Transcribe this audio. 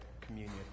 communion